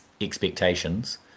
expectations